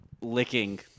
licking